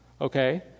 okay